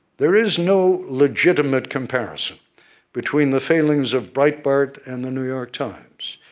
there is no legitimate comparison between the failings of breitbart and the new york times,